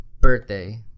birthday